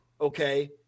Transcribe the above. okay